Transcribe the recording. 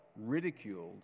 ridiculed